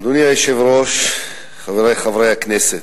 אדוני היושב-ראש, חברי חברי הכנסת,